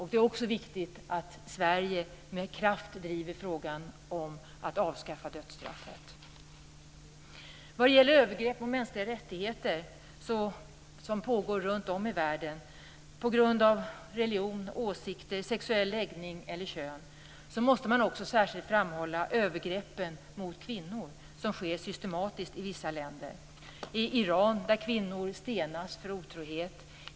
Det är också viktigt att Sverige med kraft driver frågan om att avskaffa dödsstraffet. Bland de övergrepp mot mänskliga rättigheter som pågår runt om i världen på grund av religion, åsikter, sexuell läggning eller kön måste man också särskilt framhålla övergreppen mot kvinnor, som sker systematiskt i vissa länder. I Iran stenas kvinnor för otrohet.